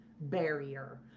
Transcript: barrier